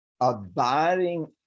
abiding